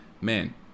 man